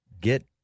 get